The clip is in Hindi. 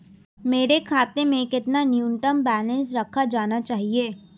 मेरे खाते में कितना न्यूनतम बैलेंस रखा जाना चाहिए?